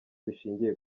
bishingiye